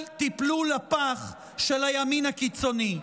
אל תיפלו לפח של הימין הקיצוני.